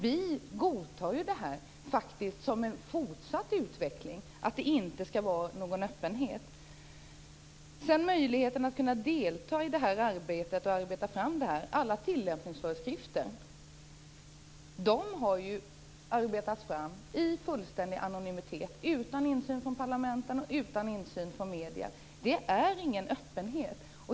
Vi godtar en fortsatt utveckling utan någon öppenhet. Vad gäller möjligheten att delta i arbetet har alla tillämpningsföreskrifter arbetats fram i fullständig anonymitet, utan insyn från parlamenten eller medierna. Det är ingen öppenhet.